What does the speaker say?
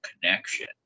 connection